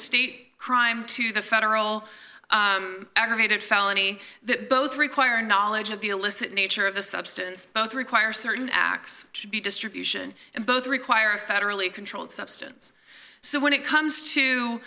state crime to the federal aggravated felony that both require a knowledge of the illicit nature of the substance both require certain acts could be distribution and both require a federally controlled substance so when it comes to